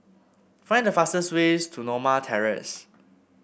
find the fastest ways to Norma Terrace